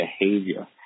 behavior